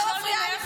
את לא מפריעה לי.